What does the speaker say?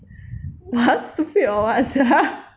!huh! stupid or what sia